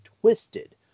twisted